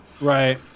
Right